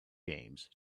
games